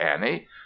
Annie